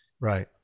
right